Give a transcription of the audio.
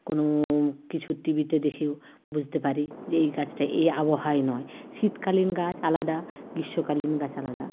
কোনও কিছু টিভিতে দেখেও বুঝতে পারি যে এই গাছটা এই আবহাওয়ায় নয় শীতকালীন গাছ আলাদা গ্রীষ্মকালীন গাছ আলাদা